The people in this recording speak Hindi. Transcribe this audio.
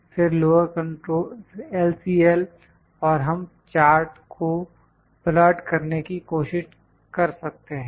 फिर LCL और हम चार्ट को प्लाट करने की कोशिश कर सकते हैं